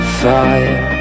fire